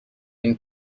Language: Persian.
این